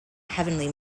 heavenly